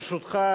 ברשותך,